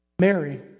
Mary